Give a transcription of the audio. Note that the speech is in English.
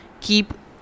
keep